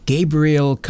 Gabriel